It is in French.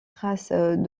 traces